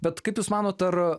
bet kaip jūs manote ar